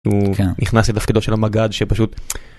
הוא נכנס לתפקידו של המגד שפשוט.